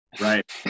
Right